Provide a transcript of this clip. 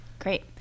Great